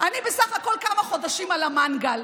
כמה חודשים על המנגל: